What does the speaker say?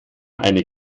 eine